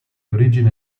origine